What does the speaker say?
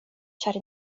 ĉar